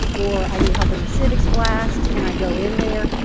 or i need help in the civics blast. can i go in there?